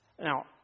Now